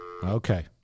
Okay